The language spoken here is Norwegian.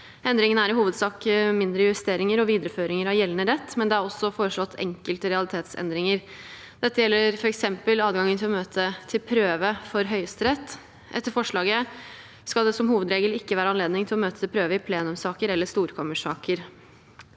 Endringene er i hovedsak mindre justeringer og videreføringer av gjeldende rett, men det er også foreslått enkelte realitetsendringer. Dette gjelder f.eks. adgangen til å møte til prøve for Høyesterett. Etter forslaget skal det som hovedregel ikke være anledning til å møte til prøve i plenumssaker eller storkammersaker.